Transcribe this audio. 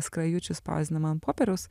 skrajučių spausdinama ant popieriaus